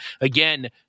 again